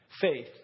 Faith